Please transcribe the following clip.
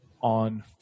on